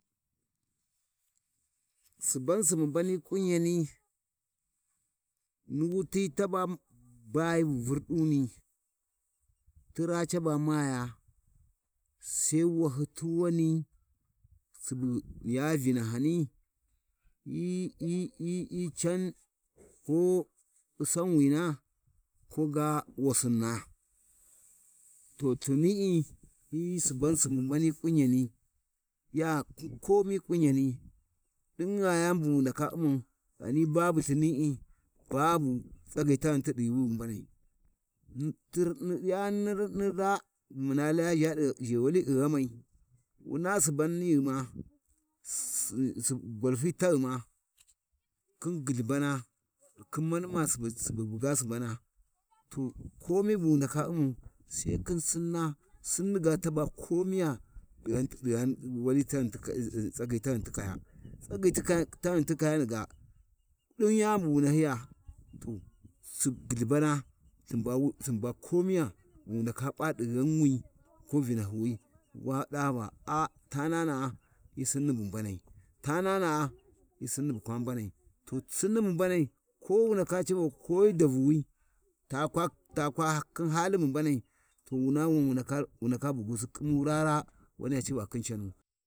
﻿Suban Subu mbani kwinyani ni Wuti taba Baaya bu Vurduni, niraa caba maaya, Sai wahatuwani Subu ya virahani hyi can ko Ussanwina koga Wassinna, to Lthini’i hyi Suban Subu mbani ƙwinyani, ya khin komi ƙwinyani, ɗin gha yani bu wu ndaka U’mau, ghani babu Lthini’i babu tsagyi taghin ti yuuwi wi mbanai Tir yani ti ni raa, bu muna laya mh mun ʒha ʒhewali ɗi ghamai, wuna suban nishima Susi gwalfi taghima, khin guullubana khin mani ma mu subu buga Subana, to, kowai bu wu nda u'mau, Sai khin Sinna, Sinni ga taba komiya ɗighan-ɗigha Wali ghi tsagi--- wali taghin ti kaya, tsagyi taghin ti kayani ga ɗin yani bu wu nahyiya, to su gulhubana ba Lthin ba komiya, bu wu ndaka pa ɗi ghanwi ko Vinahyiwi, wa ɗa va, a tanana’a hyi Sinni bu mbanai, tanana’a hyi Sinni bu kwa mbaian to Sinni bu mbanai ko wu ndaka civa, ko hyi dabu ta kwa khin hali bu mbanai, to wuna wu wu ndaka bugyusi kinni raa-raa waniya civa khin cani.